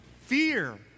fear